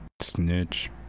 Snitch